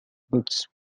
books